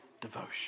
devotion